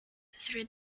through